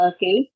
Okay